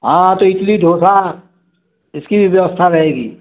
हाँ तो इडली डोसा इसकी भी व्यवस्था रहेगी